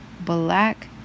black